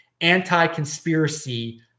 anti-conspiracy